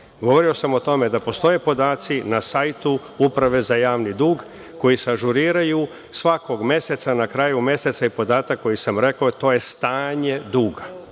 postoje. Govorio sam o tome da postoje podaci na sajtu Uprave za javni dug koji se ažuriraju svakog meseca na kraju meseca je podatak koji sam rekao, to je stanje duga.